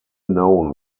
known